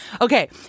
Okay